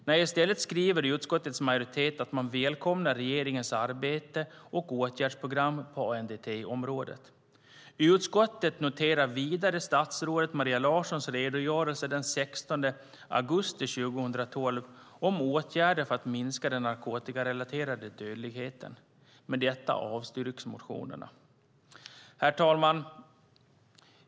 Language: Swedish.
Nej, i stället skriver utskottets majoritet att man välkomnar regeringens arbete och åtgärdsprogram på ANDT-området. Utskottet noterar vidare statsrådet Maria Larssons redogörelse den 16 augusti 2012 om åtgärder för att minska den narkotikarelaterade dödligheten. Med detta avstyrks motionerna. Herr talman!